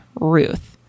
Ruth